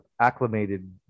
acclimated